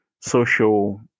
social